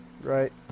right